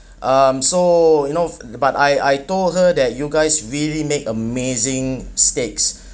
um so you know but I I told her that you guys really make amazing steaks